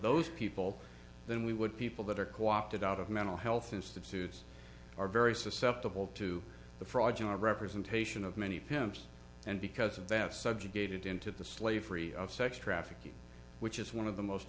those people than we would people that are co opted out of mental health institutes are very susceptible to the fraudulent representation of many pimps and because of that subjugated into the slavery of sex trafficking which is one of the most